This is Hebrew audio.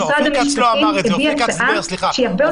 משרד המשפטים הביא הצעה שהיא הרבה יותר מאוזנת במובן הזה.